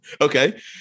Okay